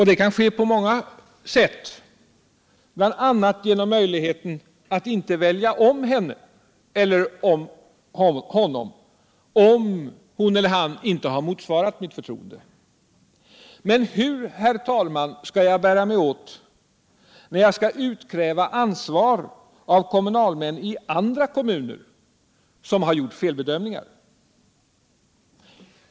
Det kan ske på många sätt, bl.a. genom möjligheten att inte välja om henne eller honom om hon eller han inte motsvarat mitt förtroende. Men hur skall jag bära mig åt när jag skall utkräva ansvar av kommunalmän i andra kommuner som gjort felbedömningar?